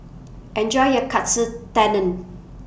Enjoy your Katsu Tendon